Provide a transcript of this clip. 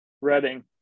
reading